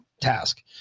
task